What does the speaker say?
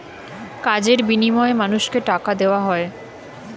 কাজের বিনিময়ে মানুষকে টাকা দেওয়া হয়